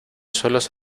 suelos